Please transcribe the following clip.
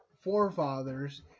forefathers